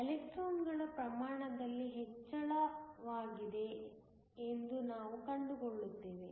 ಎಲೆಕ್ಟ್ರಾನ್ಗಳ ಪ್ರಮಾಣದಲ್ಲಿ ಹೆಚ್ಚಳವಾಗಿದೆ ಎಂದು ನಾವು ಕಂಡುಕೊಳ್ಳುತ್ತೇವೆ